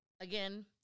again